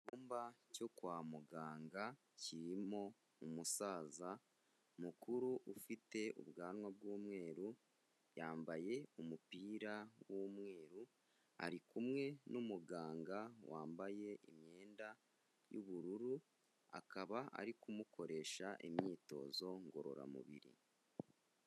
Icyumba cyo kwa muganga kirimo umusaza mukuru ufite ubwanwa bw'umweru, yambaye umupira w'umweru, ari kumwe n'umuganga wambaye imyenda y'ubururu, akaba ari kumukoresha imyitozo ngororamubiri.